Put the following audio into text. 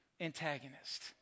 antagonist